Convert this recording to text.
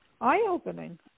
eye-opening